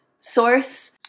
source